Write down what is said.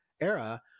era